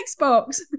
xbox